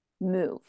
move